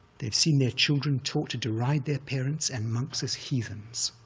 they've seen their children taught to deride their parents and monks as heathens.